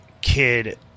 kid